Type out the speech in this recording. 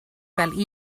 fel